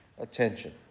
attention